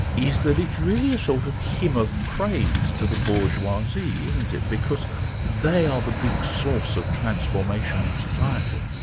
is that it's really a sort of hymn of praise to the bourgeoisie, isn't it, because they are the big source of transformation in society.